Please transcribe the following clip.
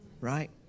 right